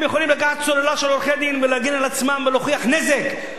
הם יכולים לקחת סוללה של עורכי-דין ולהגן על עצמם ולהוכיח נזק.